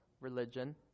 religion